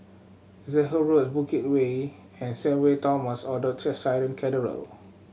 Zehnder Road Bukit Way and Thomas Orthodox Syrian Cathedral